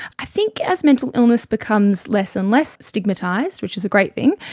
i think as mental illness becomes less and less stigmatised, which is a great thing,